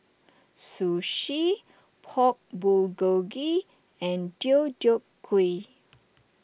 Sushi Pork Bulgogi and Deodeok Gui